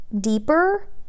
deeper